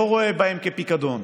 הוא לא רואה בהם פיקדון,